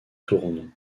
tournon